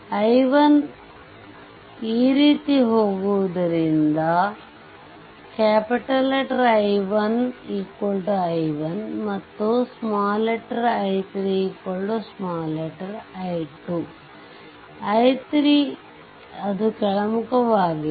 I1 ಈ ರೀತಿ ಹೋಗುವುದರಿಂದ I1 i1 ಮತ್ತು I3i2 I3 ಅದು ಕೆಳಮುಖವಾಗಿದೆ